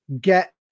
get